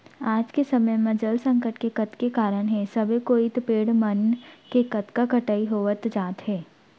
आज के समे म जल संकट के कतेक कारन हे सबे कोइत पेड़ मन के कतका कटई होवत जात हे